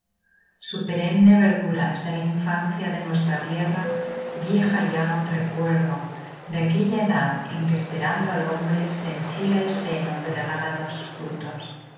su perenne verdura es de la infancia de nuestra tierra vieja ya recuerdo de aquella edad en que esperando al hombre se henchía el seno de regalados frutos